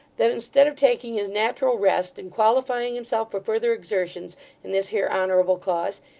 that instead of taking his nat'ral rest and qualifying himself for further exertions in this here honourable cause,